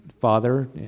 father